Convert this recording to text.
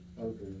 Okay